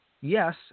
Yes